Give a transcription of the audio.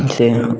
जैसे